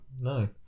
no